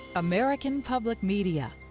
american public media,